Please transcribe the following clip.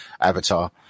avatar